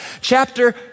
Chapter